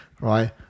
right